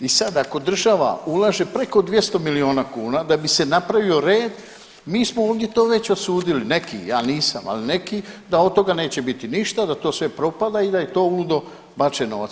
I sad ako država ulaže preko 200 milijuna kuna da bi se napravio red, mi smo to već ovdje usudili, neki, ja nisam, ali neki da od toga neće biti ništa, da to sve propada i da je to uludo bačen novac.